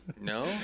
No